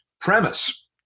premise